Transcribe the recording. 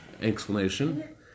explanation